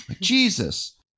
Jesus